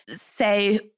say